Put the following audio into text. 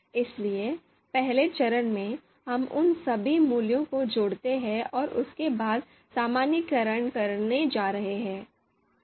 इसलिए पहले चरण में हम उन सभी मूल्यों को जोड़ते हैं और उसके बाद सामान्यीकरण करने जा रहे हैं